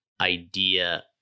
idea